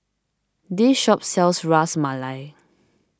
this shop sells Ras Malai